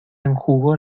enjugó